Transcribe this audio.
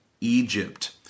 Egypt